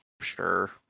Sure